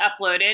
uploaded